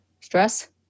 Stress